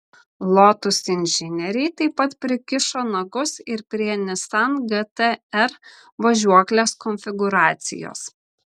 lotus inžinieriai taip pat prikišo nagus ir prie nissan gt r važiuoklės konfigūracijos